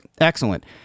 excellent